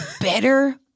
better